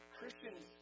Christians